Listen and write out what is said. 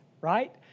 right